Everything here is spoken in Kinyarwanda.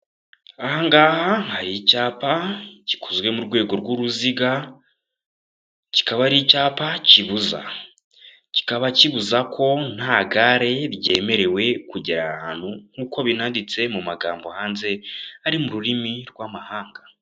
Aha ngaha hari icyapa gikozwe mu rwego rw'uruziga, kikaba ari icyapa kibuza kikaba kibuza ko nta gare ryemerewe kugera ahantu nk'uko binanditse mu magambo hanze ari mu rurimi rw'amahanga.